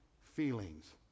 feelings